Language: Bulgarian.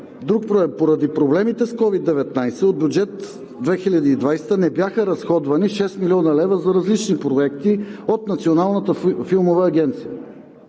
Друг проблем. Поради проблемите с COVID-19 от бюджет 2020 г. не бяха разходвани 6 млн. лв. за различни проекти от Националната филмова агенция.